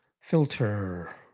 Filter